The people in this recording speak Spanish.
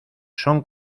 son